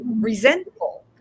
resentful